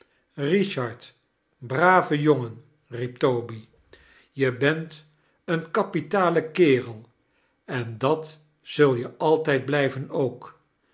richard brave jongen riep toby je bent een kapitale kerel en dat zul je altijd blijven ook